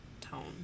tone